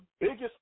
biggest